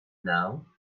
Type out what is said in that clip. now